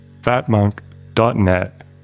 fatmonk.net